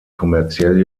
kommerziell